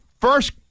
first